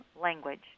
language